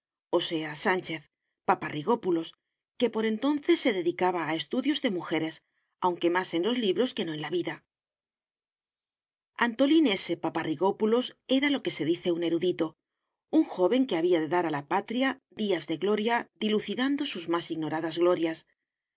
o sea sánchez paparrigópulos que por entonces se dedicaba a estudios de mujeres aunque más en los libros que no en la vida antolín s paparrigópulos era lo que se dice un erudito un joven que había de dar a la patria días de gloria dilucidando sus más ignoradas glorias